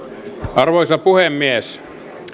arvoisa puhemies